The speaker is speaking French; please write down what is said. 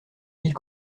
mille